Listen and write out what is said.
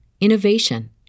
innovation